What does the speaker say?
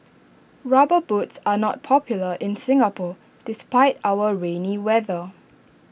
rubber boots are not popular in Singapore despite our rainy weather